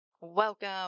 Welcome